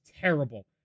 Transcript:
terrible